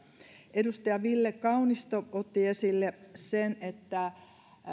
edustaja ville kaunisto otti esille sen että